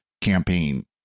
campaign